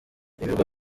ibirwa